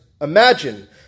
imagine